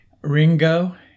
ringo